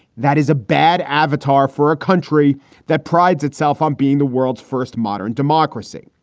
that is a bad avatar for a country that prides itself on being the world's first modern democracy.